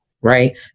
right